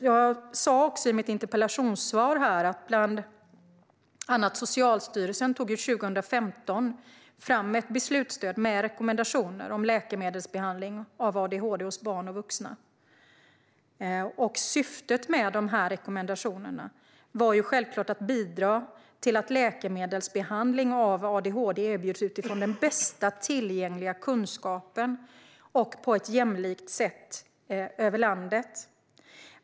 Jag sa också i mitt interpellationssvar bland annat att Socialstyrelsen år 2015 tog fram ett beslutsstöd med rekommendationer om läkemedelsbehandling av adhd hos barn och vuxna. Syftet med rekommendationerna var självklart att bidra till att läkemedelsbehandling av adhd erbjuds utifrån den bästa tillgängliga kunskapen och på ett jämlikt sätt över landet.